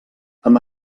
amb